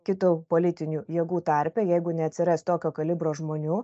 kitų politinių jėgų tarpe jeigu neatsiras tokio kalibro žmonių